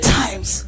times